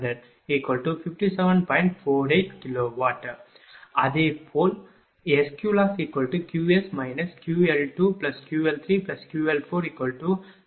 இதேபோல் SQLossQs QL2QL3QL41126